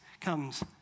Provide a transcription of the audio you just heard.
comes